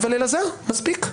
אלעזר, מספיק.